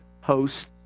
host